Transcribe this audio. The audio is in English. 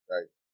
Right